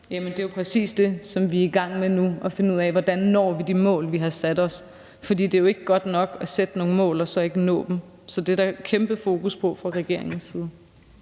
(M): Det er jo præcis det, som vi er i gang med nu, altså at finde ud af, hvordan når vi de mål, vi har sat os. For det er jo ikke godt nok at sætte nogle mål og så ikke nå dem. Så det er der kæmpe fokus på fra regeringens side.